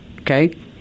okay